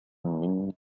مني